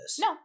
No